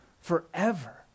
Forever